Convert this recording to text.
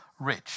Rich